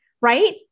right